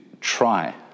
try